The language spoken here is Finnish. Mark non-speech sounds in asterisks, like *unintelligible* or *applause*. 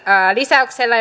lisäyksellä *unintelligible*